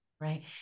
right